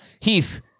Heath